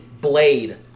blade